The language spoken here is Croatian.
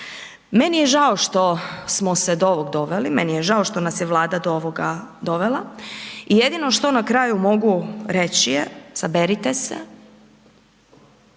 Meni je žao što smo se do ovog doveli, meni je žao što nas je Vlada do ovoga dovela, jedino što na kraju mogu reći je, saberite se,